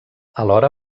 alhora